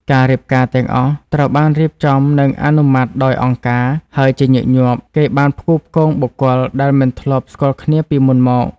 ការរៀបការទាំងអស់ត្រូវបានរៀបចំនិងអនុម័តដោយអង្គការ ហើយជាញឹកញាប់គេបានផ្គូផ្គងបុគ្គលដែលមិនធ្លាប់ស្គាល់គ្នាពីមុនមក។